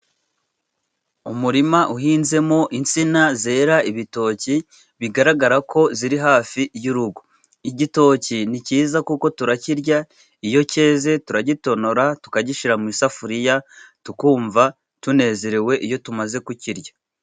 Umurima uhinzemo insina zera ibitoki, bigaragara ko ziri hafi y'urugo. Igitoki ni cyiza kuko turakirya, iyo cyeze turagitonora, tukagishyira mu isafuriya, tukumva tunezerewe iyo tumaze kukirya.